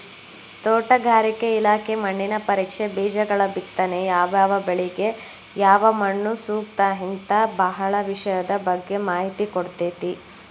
ತೋಟಗಾರಿಕೆ ಇಲಾಖೆ ಮಣ್ಣಿನ ಪರೇಕ್ಷೆ, ಬೇಜಗಳಬಿತ್ತನೆ ಯಾವಬೆಳಿಗ ಯಾವಮಣ್ಣುಸೂಕ್ತ ಹಿಂತಾ ಬಾಳ ವಿಷಯದ ಬಗ್ಗೆ ಮಾಹಿತಿ ಕೊಡ್ತೇತಿ